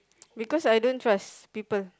because I don't trust people